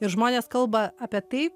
ir žmonės kalba apie tai